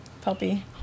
puppy